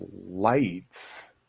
lights